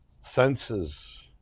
senses